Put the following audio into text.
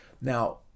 Now